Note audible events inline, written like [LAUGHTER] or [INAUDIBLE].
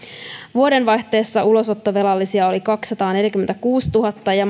vuodenvaihteessa ulosottovelallisia oli kaksisataaneljäkymmentäkuusituhatta ja [UNINTELLIGIBLE]